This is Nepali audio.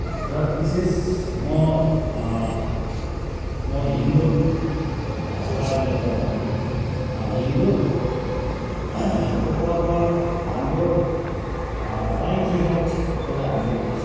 र विशेष म म हिन्दु भएको कारणले गर्दाखेरि हिन्दु को पर्व हाम्रो राई किराँत एउटा हाम्रो